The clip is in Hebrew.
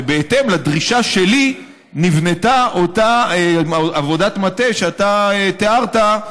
ובהתאם לדרישה שלי נבנתה אותה עבודת מטה שאתה תיארת,